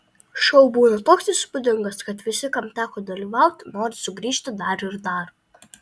šou būna toks įspūdingas kad visi kam teko dalyvauti nori sugrįžti dar ir dar